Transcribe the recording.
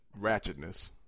ratchetness